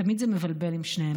תמיד זה מבלבל עם שניהם,